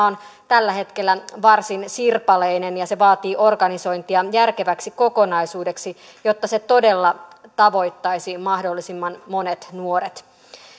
on tällä hetkellä varsin sirpaleinen ja se vaatii organisointia järkeväksi kokonaisuudeksi jotta se todella tavoittaisi mahdollisimman monet nuoret